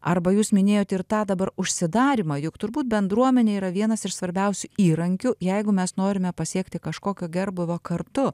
arba jūs minėjot ir tą dabar užsidarymą juk turbūt bendruomenė yra vienas iš svarbiausių įrankių jeigu mes norime pasiekti kažkokio gerbūvio kartu